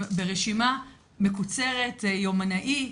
ברשימה מקוצרת-יומנאי,